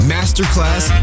Masterclass